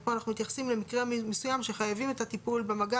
פה אנחנו מתייחסים למקרה מסוים שחייבים את הטיפול במגע,